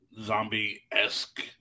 zombie-esque